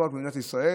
לא רק במדינת ישראל,